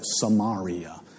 Samaria